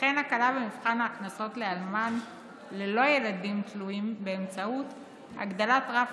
וכן הקלה במבחן ההכנסות לאלמן ללא ילדים תלויים באמצעות הגדלת רף